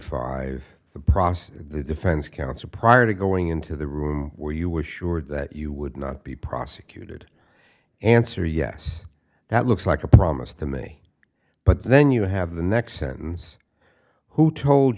process the defense counsel prior to going into the room where you wish sure that you would not be prosecuted answer yes that looks like a promise to me but then you have the next sentence who told